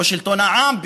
או שלטון העם,